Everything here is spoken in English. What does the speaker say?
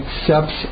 Accepts